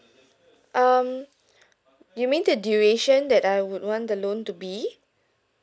um you mean the duration that I would want the loan to be